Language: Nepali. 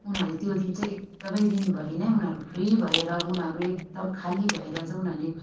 उनीहरूले त्यो दिन चाहिँ एकदमै दिनभरि नै उनीहरू फ्री भएर उनीहरू एकदम खाली भएर चाहिँ उनीहरूले